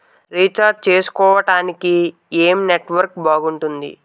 Recharge చేసుకోవటానికి ఏం network బాగుంది?